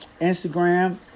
Instagram